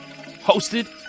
hosted